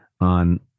on